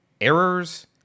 errors